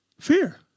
Fear